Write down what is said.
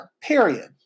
Period